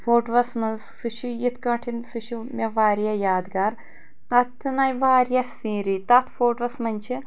فوٹوٗوَس منٛز سُہ چھ یِتھ کٲٹھۍ سُہ چھُ مے واریاہ یادگار تَتٮ۪ن آے واریاہ سیٖنری تَتھ فوٹوٗوَس منٛز چھِ